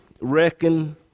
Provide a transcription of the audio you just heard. reckon